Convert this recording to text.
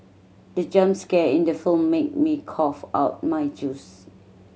the jump scare in the film made me cough out my juice